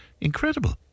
incredible